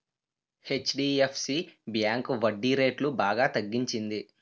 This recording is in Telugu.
హెచ్.డి.ఎఫ్.సి బ్యాంకు వడ్డీరేట్లు బాగా తగ్గించింది